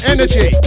Energy